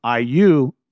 iu